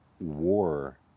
war